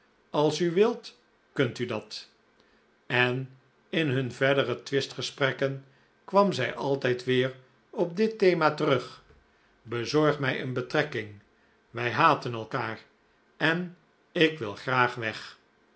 als u wilt kunt u dat en in hun verdere twistgesprekken kwam zij altijd weer op dit thema terug bezorg mij een betrekking wij haten elkaar en ik wil graag weg